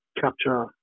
capture